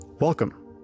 Welcome